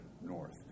north